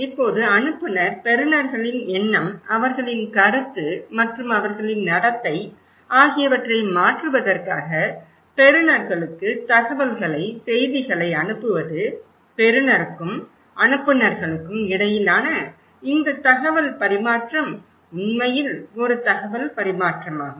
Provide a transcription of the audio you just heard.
இப்போது அனுப்புநர் பெறுநர்களின் எண்ணம் அவர்களின் கருத்து மற்றும் அவர்களின் நடத்தை ஆகியவற்றை மாற்றுவதற்காக பெறுநர்களுக்கு தகவல்களை செய்திகளை அனுப்புவது பெறுநருக்கும் அனுப்புநர்களுக்கும் இடையிலான இந்த தகவல் பரிமாற்றம் உண்மையில் ஒரு தகவல் பரிமாற்றமாகும்